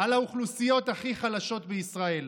על האוכלוסיות הכי חלשות בישראל.